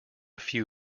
few